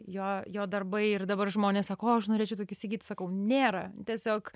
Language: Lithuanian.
jo jo darbai ir dabar žmonės sakau o aš norėčiau tokį įsigyt sakau nėra tiesiog